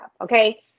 okay